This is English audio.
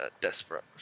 desperate